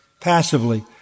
passively